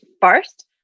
first